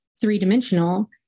three-dimensional